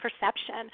perception